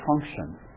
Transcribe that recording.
function